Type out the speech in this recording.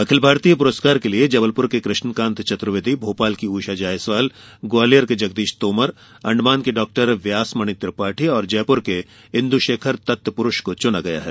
अखिल भारतीय पुरस्कार के लिए जबलपुर के कृष्णकांत चतर्वेदी भोपाल की उषा जायसवाल ग्वालियर के जगदीश तोमर अण्डमान के डॉक्टर व्यासमणी त्रिपाठी और जयपुर के इन्दुशेखर तत्तपुरूष को चुना गया है